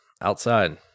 outside